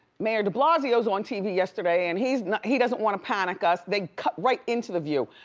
mayor de blasio's on tv yesterday and he you know he doesn't wanna panic us. they cut right into the view.